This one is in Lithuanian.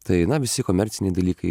tai na visi komerciniai dalykai